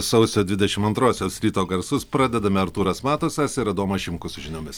sausio dvidešim antrosios ryto garsus pradedame artūras matusas ir adomas šimkus su žiniomis